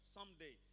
Someday